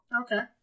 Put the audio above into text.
Okay